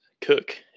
cook